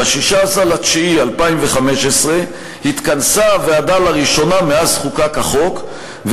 ב-16 בספטמבר 2015 התכנסה הוועדה לראשונה מאז חוקק החוק,